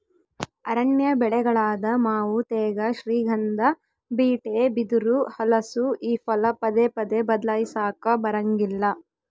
ಅರಣ್ಯ ಬೆಳೆಗಳಾದ ಮಾವು ತೇಗ, ಶ್ರೀಗಂಧ, ಬೀಟೆ, ಬಿದಿರು, ಹಲಸು ಈ ಫಲ ಪದೇ ಪದೇ ಬದ್ಲಾಯಿಸಾಕಾ ಬರಂಗಿಲ್ಲ